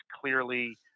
clearly